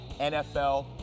NFL